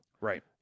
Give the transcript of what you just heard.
right